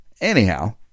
Anyhow